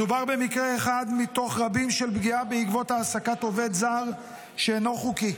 מדובר במקרה אחד מתוך רבים של פגיעה בעקבות העסקת עובד זר שאינו חוקי,